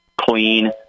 clean